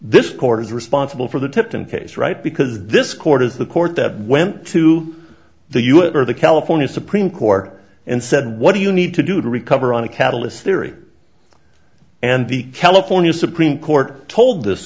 is responsible for the tipton case right because this court is the court that went to the u s or the california supreme court and said what do you need to do to recover on a catalyst theory and the california supreme court told this